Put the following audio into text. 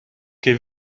che